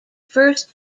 first